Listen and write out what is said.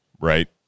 right